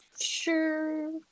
sure